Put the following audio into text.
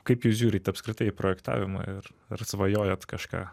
kaip jūs žiūrit apskritai į projektavimą ir ar svajojat kažką